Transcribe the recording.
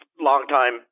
longtime